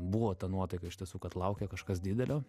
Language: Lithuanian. buvo ta nuotaika iš tiesų kad laukia kažkas didelio